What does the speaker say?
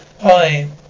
Hi